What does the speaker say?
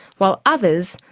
while others,